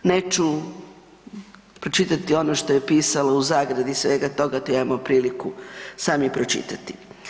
Neću pročitati ono što je pisalo u zagradi, svega toga, to imate priliku sami pročitati.